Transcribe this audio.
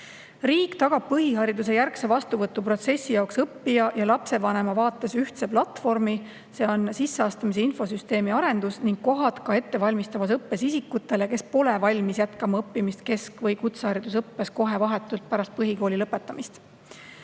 Riik tagab põhiharidusjärgse vastuvõtuprotsessi jaoks õppija ja lapsevanema vaates ühtse platvormi, see on sisseastumise infosüsteemi arendus, ning kohad ettevalmistavas õppes neile, kes pole valmis jätkama õppimist kesk- või kutseharidusõppes kohe, vahetult pärast põhikooli lõpetamist.